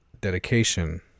dedication